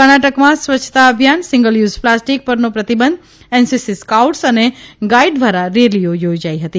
કર્ણાટકામાં સ્વચ્છતા અભિયાન single use plastic રનો પ્રતીબંધ એનસીસી સ્કાઉટસ અને ગાઇડ ધ્વારા રેલીઓ યોજાઇ હતી